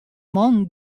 man